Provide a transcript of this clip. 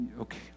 Okay